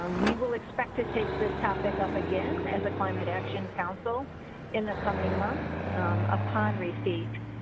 um we will expect to take this topic up again as a climate action council in the coming months upon receipt.